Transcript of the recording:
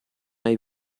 hai